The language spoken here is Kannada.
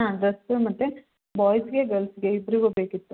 ಹಾಂ ಡ್ರಸ್ಸು ಮತ್ತು ಬಾಯ್ಸ್ಗೆ ಗರ್ಲ್ಸ್ಗೆ ಇಬ್ಬರಿಗು ಬೇಕಿತ್ತು